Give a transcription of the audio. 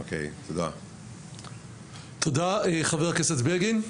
חבר הכנסת בגין,